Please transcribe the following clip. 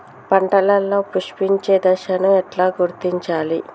పంటలలో పుష్పించే దశను ఎట్లా గుర్తించాలి?